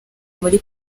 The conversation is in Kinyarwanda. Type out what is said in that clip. muri